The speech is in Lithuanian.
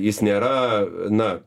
jis nėra na